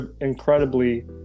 Incredibly